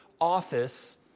office